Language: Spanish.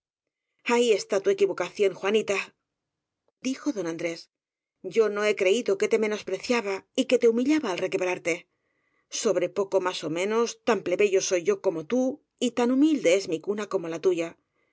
ahí está tu equivocación juanita dijo don andrés yo no he creído que te menospreciaba y que te humillaba al requebrarte sobre poco más ó menos tan plebeyo soy yo como tú y tan humilde es mi cuna como la tuya